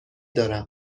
دارم